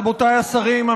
רבותיי השרים,